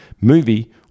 movie